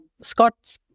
Scott